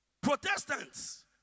Protestants